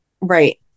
Right